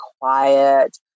quiet